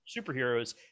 superheroes